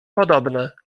podobne